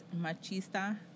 machista